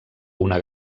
una